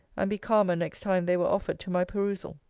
and be calmer next time they were offered to my perusal.